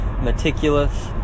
meticulous